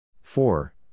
four